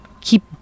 keep